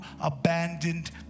abandoned